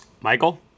Michael